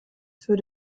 für